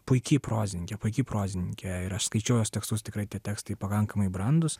puiki prozininkė puiki prozininkė ir aš skaičiau jos tekstus tikrai tie tekstai pakankamai brandūs